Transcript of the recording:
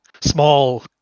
small